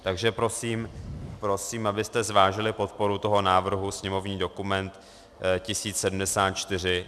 Takže prosím, abyste zvážili podporu toho návrhu sněmovní dokument 1074.